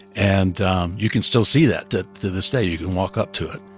and you can still see that to to this day. you can walk up to it.